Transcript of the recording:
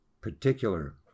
particular